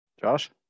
Josh